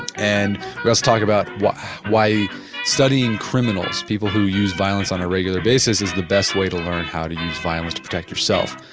and let's talk about why why studying criminals, people who use violence on a regular basis is the best way to learn how to use violence to protect yourself.